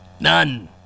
None